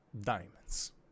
Diamonds